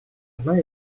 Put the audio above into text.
одной